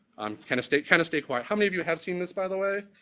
um kind of state kind of state choir, how many of you have seen this by the way?